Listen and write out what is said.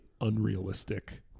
unrealistic